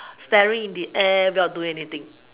staring in the air without doing anything